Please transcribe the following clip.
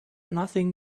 nothing